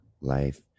life